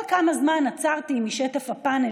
כל כמה זמן עצרתי משטף הפאנל,